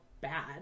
bad